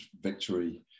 victory